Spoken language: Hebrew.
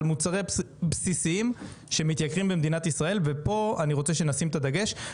על מוצרים בסיסיים שמתייקרים במדינת ישראל ופה אני רוצה שנשים את הדגש,